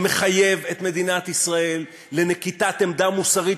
שמחייב את מדינת ישראל לנקיטת עמדה מוסרית,